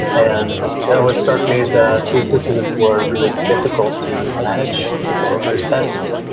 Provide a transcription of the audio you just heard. and it always struck me that these systems were really difficult to manage, difficult to test.